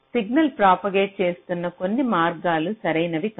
signal propagate చేస్తున్న కొన్ని మార్గాలు సరైనవి కాదు